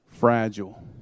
Fragile